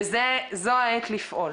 וזאת העת לפעול.